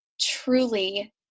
truly